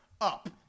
up